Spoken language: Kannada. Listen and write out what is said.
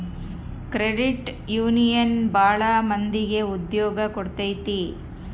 ಕ್ರೆಡಿಟ್ ಯೂನಿಯನ್ ಭಾಳ ಮಂದಿಗೆ ಉದ್ಯೋಗ ಕೊಟ್ಟೈತಿ